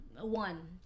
one